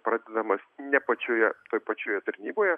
pradedamas ne pačioje pačioje tarnyboje